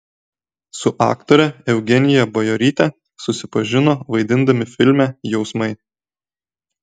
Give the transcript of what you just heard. su aktore eugenija bajoryte susipažino vaidindami filme jausmai